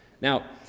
Now